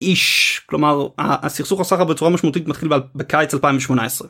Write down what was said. איש, כלומר, הסכסוך הסחר בצורה משמעותית מתחיל בקיץ 2018.